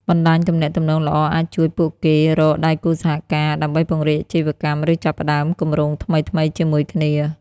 បណ្តាញទំនាក់ទំនងល្អអាចជួយពួកគេរក ដៃគូសហការ ដើម្បីពង្រីកអាជីវកម្ម ឬចាប់ផ្តើមគម្រោងថ្មីៗជាមួយគ្នា។